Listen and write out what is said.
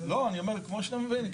לא, אני אומר, כמו שאתה מבין.